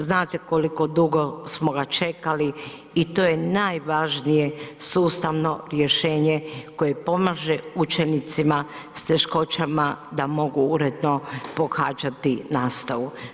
Znate koliko dugo smo ga čekali i to je najvažnije sustavno rješenje koje pomaže učenicima s teškoćama da mogu uredno pohađati nastavu.